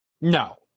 No